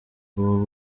ubu